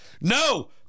no